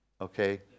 Okay